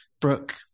Brooke